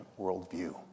worldview